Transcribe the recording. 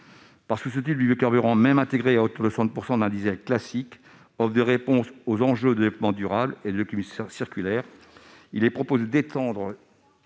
Comme un tel biocarburant, même intégré à hauteur de 60 % dans un diesel classique, offre des réponses aux enjeux du développement durable et de l'économie circulaire, nous proposons d'étendre